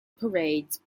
parades